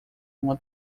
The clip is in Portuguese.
uma